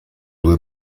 due